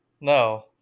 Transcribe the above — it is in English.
No